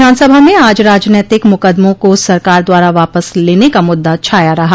विधानसभा में आज राजनैतिक मुकदमों को सरकार द्वारा वापस लेने का मुद्दा छाया रहा